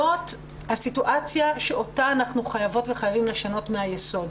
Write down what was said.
זאת הסיטואציה שאותה אנחנו חייבות וחייבים לשנות מהיסוד.